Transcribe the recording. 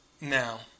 Now